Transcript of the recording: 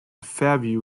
fairview